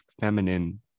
feminine